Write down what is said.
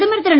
பிரதமர் திரு